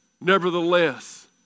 Nevertheless